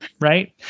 Right